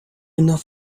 enough